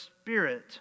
spirit